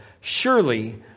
Surely